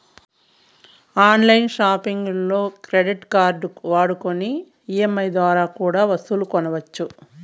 on line సాపింగుల్లో credit కార్డుల్ని వాడుకొని ఈ.ఎం.ఐ దోరా కూడా ఒస్తువులు కొనొచ్చు